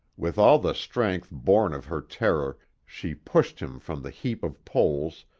with all the strength borne of her terror she pushed him from the heap of poles,